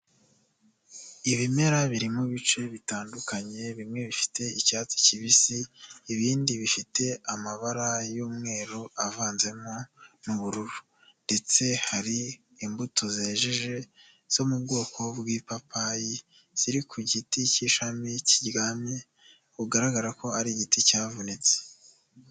Ibimera birimo ibice bitandukanye bimwe bifite icyatsi kibisi ibindi bifite amabara y'umweru avanzemo n'ubururu ndetse hari imbuto zejeje zo mu bwoko bw'ipapayi ziri ku giti cy'ishami kiryamye bigaragara ko ari igiti cyavunitse.